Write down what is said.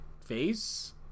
face